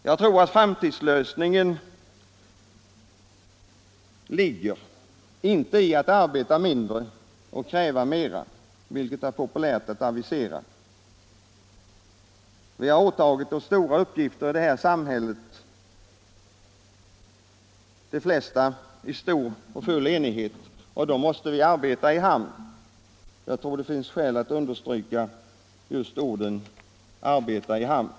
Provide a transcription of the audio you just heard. Jag tror att framtidslösningen inte ligger i att arbeta mindre och kräva mera, vilket är populärt att avisera. Vi har åtagit oss stora uppgifter i det här samhället, de flesta i full enighet, och dem måste vi arbeta i hamn. Jag tror det finns skäl att understryka just orden ”arbeta i hamn”.